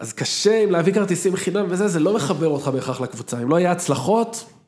אז קשה, אם להביא כרטיסים חינם וזה, זה לא מחבר אותך בהכרח לקבוצה, אם לא היה הצלחות...